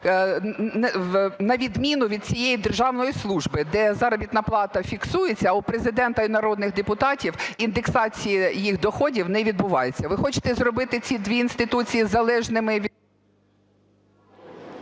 на відміну від всієї державної служби, де заробітна плата фіксується, а у Президента і народних депутатів індексації їх доходів не відбуваються? Ви хочете зробити ці дві інституції залежними…